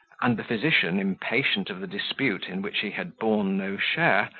and the physician, impatient of the dispute in which he had borne no share,